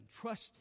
Trust